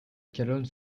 calonne